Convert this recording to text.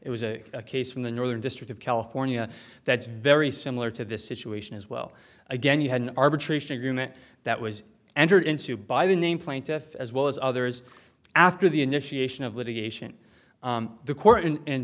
it was a case from the northern district of california that's very similar to this situation as well again you had an arbitration agreement that was entered into by the name plaintiff as well as others after the initiation of litigation the court and